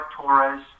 Torres